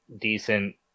decent